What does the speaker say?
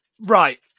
Right